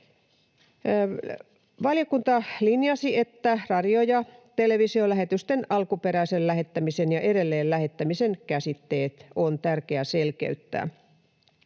Valiokunta linjasi, että radio- ja televisiolähetysten alkuperäisen lähettämisen ja edelleen lähettämisen käsitteet on tärkeää selkeyttää.